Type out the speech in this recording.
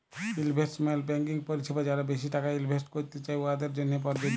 investment banking পরিছেবা যারা বেশি টাকা ইলভেস্ট ক্যইরতে চায়, উয়াদের জ্যনহে পরযজ্য